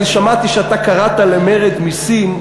אני שמעתי שאתה קראת למרד מסים,